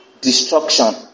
Destruction